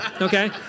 Okay